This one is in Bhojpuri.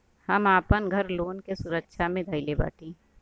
हम आपन घर लोन के सुरक्षा मे धईले बाटी